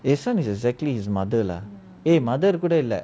this [one] is exactly his mother lah a mother கூட இல்ல:kuda illa